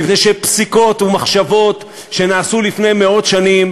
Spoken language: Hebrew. מפני שפסיקות ומחשבות שהיו לפני מאות שנים,